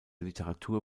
literatur